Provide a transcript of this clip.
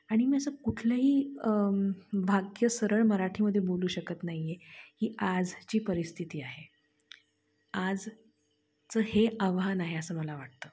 आणि मी असं कुठलंही वाक्य सरळ मराठीमध्ये बोलू शकत नाहीए ही आजची परिस्थिती आहे आजचं हे आव्हान आहे असं मला वाटतं